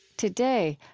today,